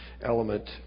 element